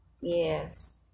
Yes